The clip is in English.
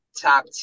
top